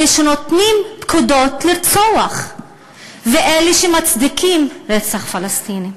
אלה שנותנים פקודות לרצוח ואלה שמצדיקים רצח פלסטיני.